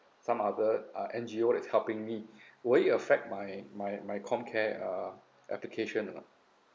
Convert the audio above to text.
some other uh N_G_O that's helping me would it affect my my my comcare uh application or not